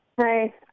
Hi